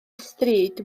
ystryd